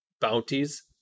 Bounties